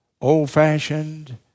old-fashioned